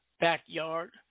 backyard